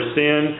sin